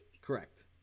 Correct